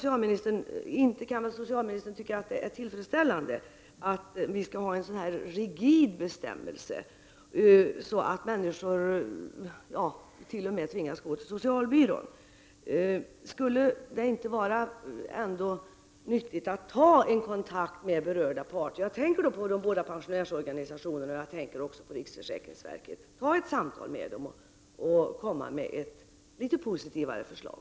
Inte kan väl socialministern tycka att det är tillfredsställande att vi skall ha en så rigid bestämmelse, att människor t.o.m. tvingas gå till socialbyrån? Skulle det ändå inte vara nyttigt att ta kontakt med berörda parter — jag tänker på de båda pensionärsorganisationerna men även på riksförsäkringsverket — och föra ett samtal med dem och komma med ett litet positivare förslag?